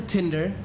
Tinder